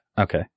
Okay